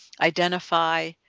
identify